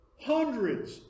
hundreds